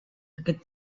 aquest